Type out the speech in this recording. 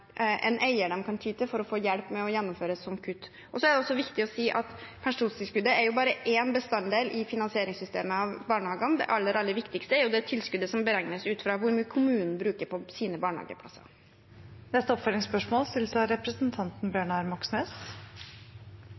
en eier de kan ty til for å få hjelp med å gjennomføre et slikt kutt. Det er også viktig å si at pensjonstilskuddet er jo bare én bestanddel i finansieringssystemet av barnehagene. Det aller, aller viktigste er jo det tilskuddet som beregnes ut fra hvor mye kommunen bruker på sine barnehageplasser. Bjørnar Moxnes – til oppfølgingsspørsmål.